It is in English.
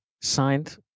signed